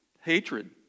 hatred